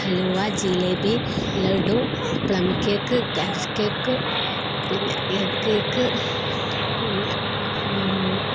halwa jalebi laddu plum cake carrot cake പിന്നെ egg cake പിന്നെ